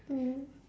mm